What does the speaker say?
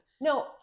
No